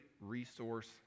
resource